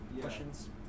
Questions